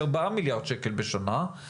ארבעה מיליארד שקל בשנה.